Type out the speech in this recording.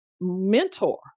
mentor